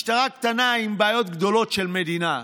משטרה קטנה עם בעיות גדולות של מדינה,